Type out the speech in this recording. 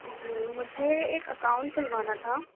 جی مجھے ایک اکاؤنٹ کھلوانا تھا